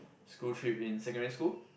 school trip in secondary school